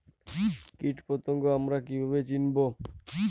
কীটপতঙ্গ আমরা কীভাবে চিনব?